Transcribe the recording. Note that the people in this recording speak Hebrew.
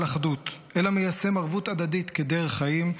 אחדות אלא מיישם ערבות הדדית כדרך חיים,